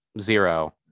zero